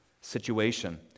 situation